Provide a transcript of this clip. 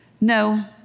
No